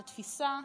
את התפיסה,